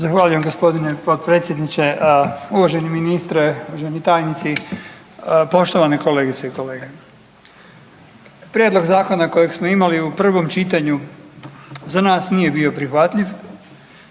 Zahvaljujem gospodine potpredsjedniče, uvaženi ministre, uvaženi tajnici, poštovane kolegice i kolegice, prijedlog zakona kojeg smo imali u prvom čitanju za nas nije bio prihvatljiv.